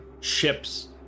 ships